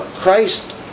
Christ